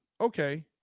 Okay